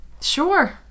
Sure